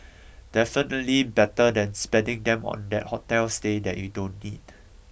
definitely better than spending them on that hotel stay that you don't need